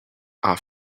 are